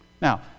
Now